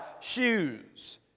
shoes